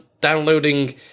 downloading